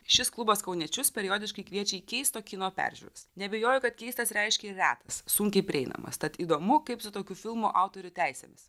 šis klubas kauniečius periodiškai kviečia į keisto kino peržiūras neabejoju kad keistas reiškia retas sunkiai prieinamas tad įdomu kaip su tokių filmų autorių teisėmis